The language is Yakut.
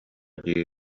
дии